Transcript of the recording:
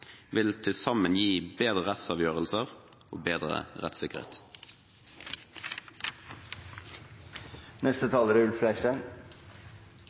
vil til sammen gi bedre rettsavgjørelser og bedre rettssikkerhet. Vi skal i dag fatte et prinsippvedtak som er